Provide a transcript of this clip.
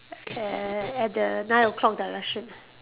err at the nine O-clock direction